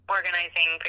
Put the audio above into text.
organizing